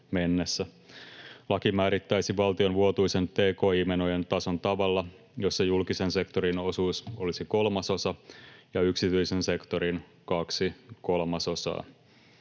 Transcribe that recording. Laki määrittäisi valtion vuotuisen tki-menojen tason tavalla, jossa julkisen sektorin osuus olisi kolmasosa ja yksityisen sektorin kaksi kolmasosaa.